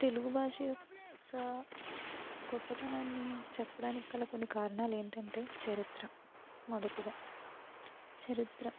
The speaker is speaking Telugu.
తెలుగు భాష యొక్క గొప్పతనాన్ని చెప్పడానికి గల కొన్ని కారణాలు ఏంటంటే చరిత్ర మొదటిగా చరిత్ర